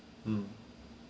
mm